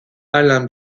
alain